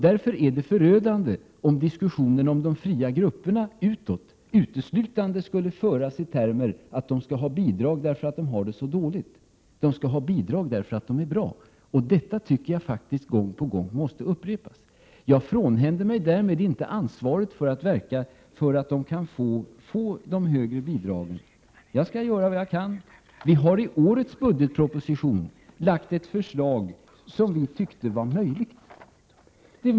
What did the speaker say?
Därför är det förödande om diskussionen om de fria grupperna utåt uteslutande skall föras i termer av att de skall ha bidrag därför att de har det så dåligt ställt. De skall ha bidrag därför att de är bra! Detta måste upprepas gång på gång. Jag frånhänder mig därmed inte ansvaret för att verka för att de kan få de högre bidragen. Jag skall göra vad jag kan. Vi har i årets budgetproposition lagt fram ett förslag som vi ansåg vara genomförbart.